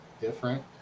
different